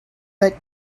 but